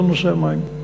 לא לנושא המים,